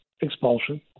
expulsion